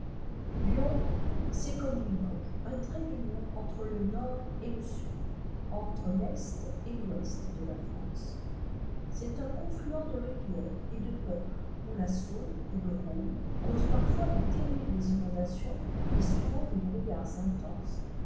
lyon c'est comme limoges un trait d'union entre le nord et le sud entre l'est et l'ouest de la france c'est un confluent de rivières et de peuples oii la saône et le rhône causent parfois de terribles inondations et souvent des brouillards intenses